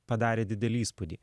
padarė didelį įspūdį